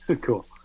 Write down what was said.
cool